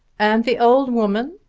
and the old woman?